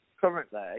currently